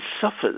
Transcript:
suffers